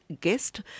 guest